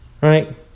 right